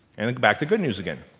and like back to good news again